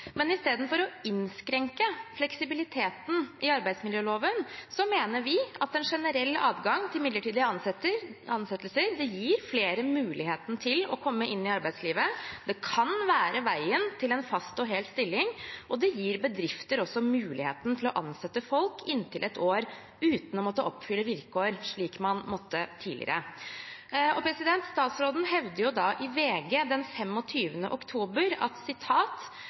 Men istedenfor å innskrenke fleksibiliteten i arbeidsmiljøloven mener vi at en generell adgang til midlertidige ansettelser gir flere muligheten til å komme inn i arbeidslivet. Det kan være veien til en fast og hel stilling, og det gir også bedrifter muligheten til å ansette folk inntil ett år uten å måtte oppfylle vilkår, slik man måtte tidligere. Statsråden hevder i VG den 25. oktober: